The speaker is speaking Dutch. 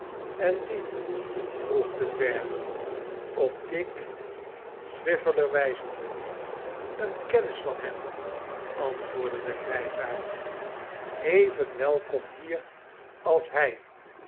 en die vroeg de dwerg op dick swiveller wijzende een kennis van hem antwoordde degrijsaard even welkom hier als hij